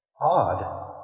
Odd